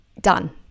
done